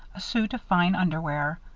a suit of fine underwear,